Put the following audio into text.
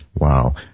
Wow